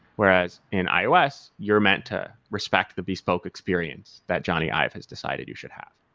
whereas in ios, you're meant to respect the bespoke experience that johnny ive has decided you should have,